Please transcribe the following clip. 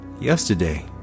Yesterday